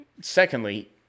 secondly